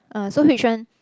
uh so which one